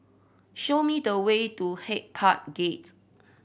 show me the way to Hyde Park Gate